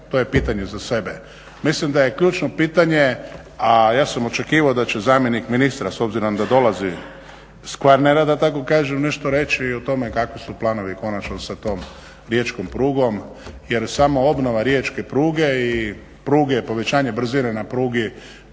to je pitanje za sebe. Mislim da je ključno pitanje, a ja sam očekivao da će zamjenik ministra s obzirom da dolazi s Kvarnera da tako kažem nešto reći i o tome kakvi su planovi konačno sa tom riječkom prugom. Jer samo obnova riječke pruge i povećanje brzine na prugi